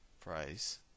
price